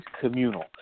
communal